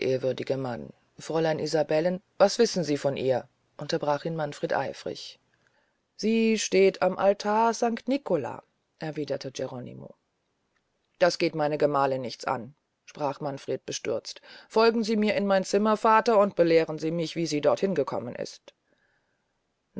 ehrwürdige mann fräulein isabelle was wissen sie von ihr unterbrach ihn manfred eifrig sie steht am altar sankt nicola erwiederte geronimo das geht meine gemahlin nicht an sprach manfred bestürzt folgen sie mir in mein zimmer vater und belehren sie mich wie sie dorthin gekommen ist